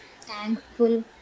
thankful